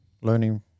learning